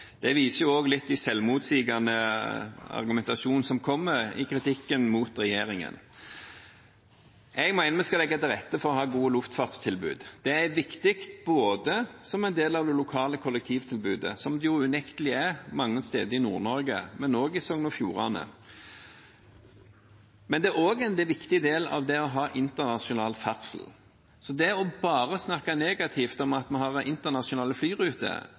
Det viser litt den selvmotsigende argumentasjonen i kritikken mot regjeringen. Jeg mener vi skal legge til rette for å ha et godt luftfartstilbud. Det er viktig som en del av det lokale kollektivtilbudet – som det jo unektelig er mange steder i Nord-Norge, men også i Sogn og Fjordane – men det er også en viktig del av det å ha internasjonal ferdsel. Så det å bare snakke negativt om at vi har internasjonale flyruter,